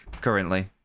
currently